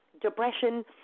Depression